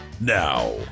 Now